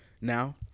Now